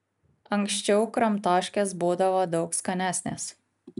anksčiau kramtoškės būdavo daug skanesnės